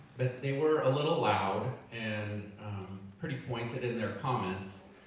but they were a little loud, and pretty pointed in their comments.